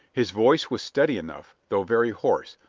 his voice was steady enough, though very hoarse,